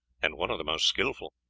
and one of the most skilful.